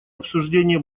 обсуждение